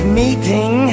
meeting